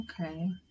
Okay